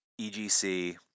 eGC